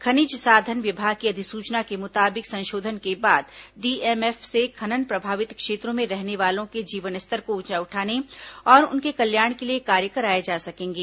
खनिज साधन विभाग की अधिसूचना के मुताबिक संशोधन के बाद डीएमएफ से खनन प्रभावित क्षेत्रों में रहने वालों के जीवन स्तर को ऊंचा उठाने और उनके कल्याण के लिए कार्य कराए जा सकेंगे